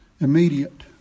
immediate